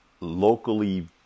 locally